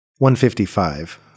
155